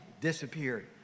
disappeared